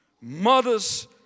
Mothers